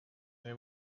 they